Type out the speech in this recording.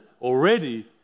already